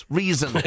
reason